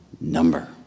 number